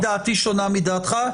ודעתי שונה מדעתך.